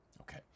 Okay